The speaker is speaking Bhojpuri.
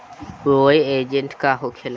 बायो एजेंट का होखेला?